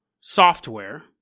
software